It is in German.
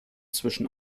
zwischen